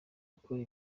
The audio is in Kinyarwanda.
akora